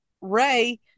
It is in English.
Ray